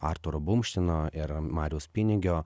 artūro bumštino ir mariaus pinigio